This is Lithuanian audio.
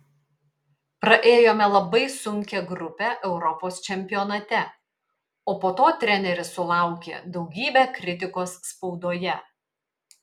praėjome labai sunkią grupę europos čempionate o po to treneris sulaukė daugybę kritikos spaudoje